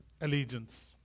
allegiance